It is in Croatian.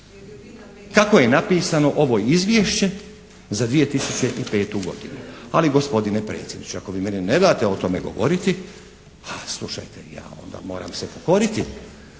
kako je napisano ovo Izvješće za 2005. godinu. Ali gospodine predsjedniče, ako vi meni ne date o tome govoriti, slušajte, ja onda moram se pokoriti.